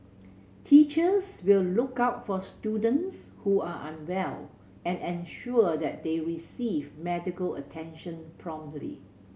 teachers will look out for students who are unwell and ensure that they receive medical attention promptly